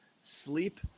sleep